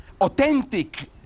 authentic